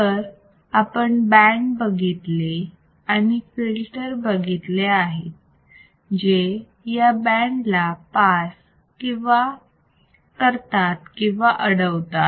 तर आपण बँड बघितले आणि फिल्टर बघितले आहेत जे या बँड ला पास करतात किंवा अडवतात